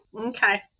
Okay